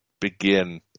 begin